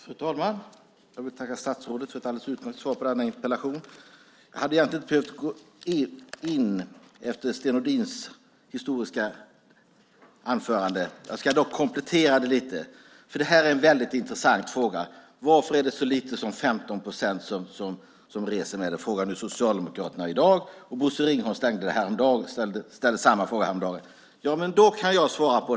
Fru talman! Jag vill tacka statsrådet för ett alldeles utmärkt svar på denna interpellation. Jag hade egentligen inte behövt gå in efter Sten Nordins historik. Jag ska dock komplettera den lite, för det här är en väldigt intressant fråga. Socialdemokraterna frågar i dag varför så få som 15 procent reser med Arlandabanan. Bosse Ringholm ställde samma fråga häromdagen. Den frågan kan jag svara på.